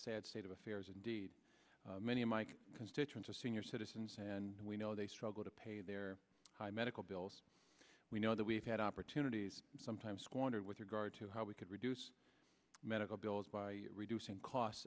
sad state of affairs indeed many of my constituents are senior citizens and we know they struggle to pay their high medical bills we know that we've had opportunities sometimes squandered with regard to how we could reduce medical bills by reducing cost